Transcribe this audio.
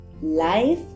life